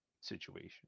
situation